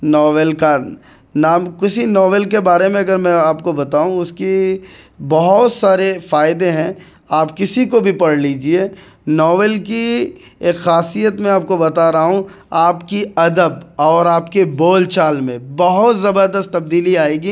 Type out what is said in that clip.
novel کا نام کسی ناول کے بارے میں اگر میں آپ کو بتاؤں اس کی بہت سارے فائدے ہیں آپ کسی کو بھی پڑھ لیجیے ناول کی ایک خاصیت میں آپ کو بتا رہا ہوں آپ کی ادب اور آپ کے بول چال میں بہت زبردست تبدیلی آئے گی